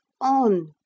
on